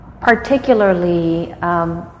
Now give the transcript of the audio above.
particularly